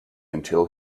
until